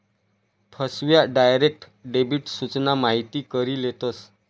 फसव्या, direct debit सूचना माहिती करी लेतस